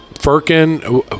firkin